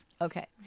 Okay